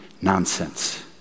Nonsense